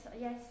yes